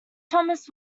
thomas